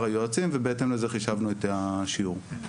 היועצים ובהתאם לזה חישבנו את השיעורים.